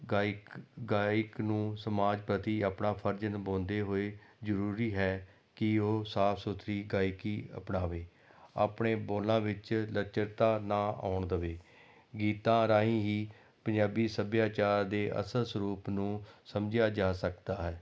ਗਾਇਕ ਗਾਇਕ ਨੂੰ ਸਮਾਜ ਪ੍ਰਤੀ ਆਪਣਾ ਫਰਜ਼ ਨਿਭਾਉਂਦੇ ਹੋਏ ਜ਼ਰੂਰੀ ਹੈ ਕਿ ਉਹ ਸਾਫ਼ ਸੁਥਰੀ ਗਾਇਕੀ ਅਪਣਾਵੇ ਆਪਣੇ ਬੋਲਾਂ ਵਿੱਚ ਲੱਚਰਤਾ ਨਾ ਆਉਣ ਦੇਵੇ ਗੀਤਾਂ ਰਾਹੀਂ ਹੀ ਪੰਜਾਬੀ ਸੱਭਿਆਚਾਰ ਦੇ ਅਸਲ ਸਰੂਪ ਨੂੰ ਸਮਝਿਆ ਜਾ ਸਕਦਾ ਹੈ